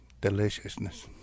deliciousness